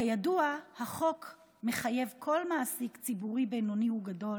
כידוע, החוק מחייב כל מעסיק ציבורי בינוני וגדול